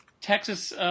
Texas